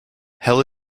hell